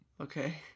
Okay